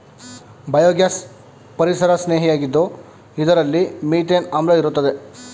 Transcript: biogas ಪರಿಸರಸ್ನೇಹಿಯಾಗಿದ್ದು ಇದರಲ್ಲಿ methane ಆಮ್ಲ ಇರುತ್ತದೆ